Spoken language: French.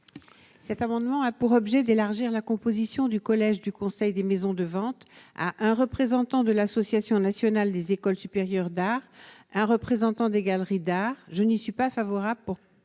Cet amendement a pour objet d'élargir la composition du collège du Conseil des maisons de vente à un représentant de l'association nationale des écoles supérieures d'art, un représentant des galeries d'art, je n'y suis pas favorable pour